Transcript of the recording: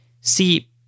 See